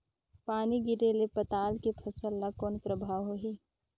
पानी गिरे ले पताल के फसल ल कौन प्रभाव होही?